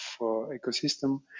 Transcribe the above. ecosystem